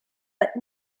but